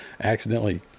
accidentally